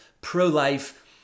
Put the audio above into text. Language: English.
pro-life